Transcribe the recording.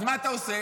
אז מה אתה עושה?